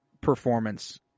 performance